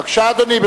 בבקשה, אדוני.